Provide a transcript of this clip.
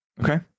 Okay